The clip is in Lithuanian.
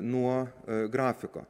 nuo grafiko